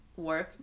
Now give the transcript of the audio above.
work 、